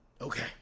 okay